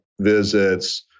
visits